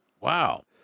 Wow